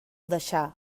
deixà